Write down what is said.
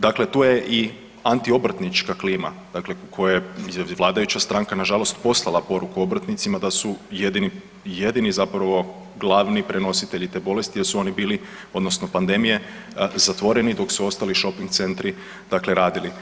Dakle tu je i antiobrtnička klima, dakle koju vladajuća stranka nažalost poslala poruku obrtnicima da su jedini zapravo glavni prenositelji te bolesti jer su oni bili, odnosno pandemije zatvoreni, dok su ostali šoping centri dakle radili.